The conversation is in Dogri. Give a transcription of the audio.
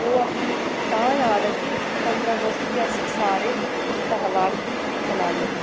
ओह् असेंगी तां याद ऐ कि पंदरां अगस्त गी अस सारे त्यहार मनाने